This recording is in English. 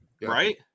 Right